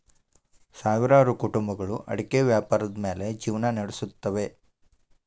ಸಾವಿರಾರು ಕುಟುಂಬಗಳು ಅಡಿಕೆ ವ್ಯಾಪಾರದ ಮ್ಯಾಲ್ ಜಿವ್ನಾ ನಡಸುತ್ತವೆ